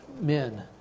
men